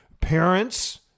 parents